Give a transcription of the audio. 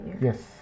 Yes